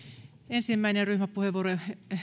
ensimmäinen ryhmäpuheenvuoro